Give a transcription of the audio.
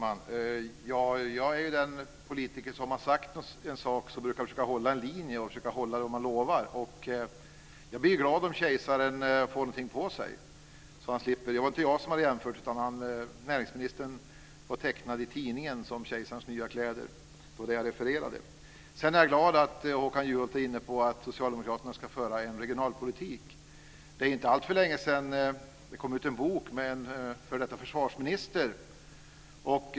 Fru talman! Jag är en politiker som om jag har sagt en sak så försöker jag hålla en linje och det jag har lovat. Jag blir glad om kejsaren får någonting på sig. Det var inte jag som hade gjort denna jämförelse, utan näringsministern var tecknad i tidningen som kejsarens nya kläder. Jag är glad att Håkan Juholt är inne på att socialdemokraterna ska föra en regionalpolitik. Det är inte alltför länge sedan som det kom ut en bok av en f.d. försvarsminister.